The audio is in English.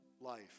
life